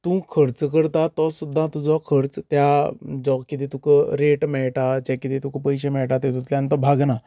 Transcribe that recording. तूं खर्च करता तो सुद्दां तुजो खर्च त्या जो कितें तुका रेट मेळटा जे कितें तुका पयशें मेळटा तेतुंतल्यान तो भागना